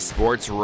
Sports